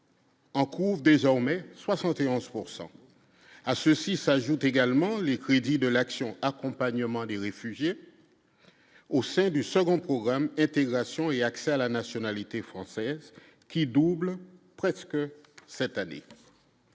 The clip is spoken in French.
En trouve désormais 71 pourcent à ceci s'ajoute également les crédits de l'action Accompagnement des réfugiés au sein du second programme intégration et accès à la nationalité française, qui double presque cette année,